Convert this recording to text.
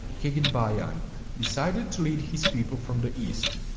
khagan bajan, decided to lead his people from the east,